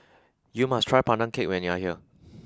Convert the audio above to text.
you must try Pandan Cake when you are here